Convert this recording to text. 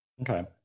Okay